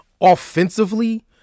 offensively